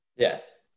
yes